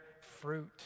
fruit